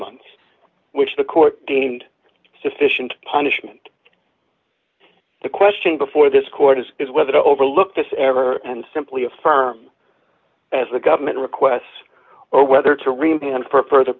months which the court deemed sufficient punishment the question before this court is is whether to overlook this ever and simply affirm as the government requests or whether to r